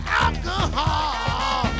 alcohol